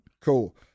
Cool